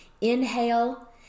inhale